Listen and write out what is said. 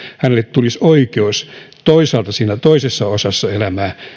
tulisi oikeus toisaalta siinä toisessa osassa elämää